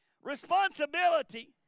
Responsibility